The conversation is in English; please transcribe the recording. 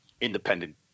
independent